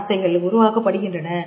வார்த்தைகள் உருவாக்கப்படுகின்றன